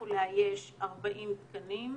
הצליחו לאייש 40 תקנים.